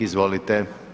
Izvolite.